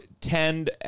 tend